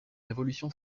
révolution